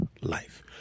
life